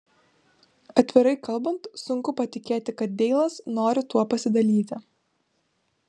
atvirai kalbant sunku patikėti kad deilas nori tuo pasidalyti